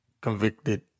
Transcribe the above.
convicted